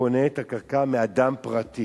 קונה את הקרקע מאדם פרטי,